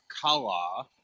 color